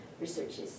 researches